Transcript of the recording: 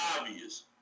obvious